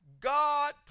God